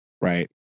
Right